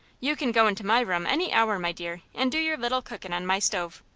you can go into my room any hour, my dear, and do your little cookin' on my stove.